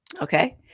Okay